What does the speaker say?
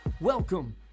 Welcome